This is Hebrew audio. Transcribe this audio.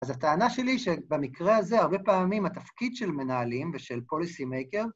‫אז הטענה שלי היא שבמקרה הזה ‫הרבה פעמים התפקיד של מנהלים ‫ושל פוליסי מייקרז